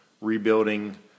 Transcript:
rebuilding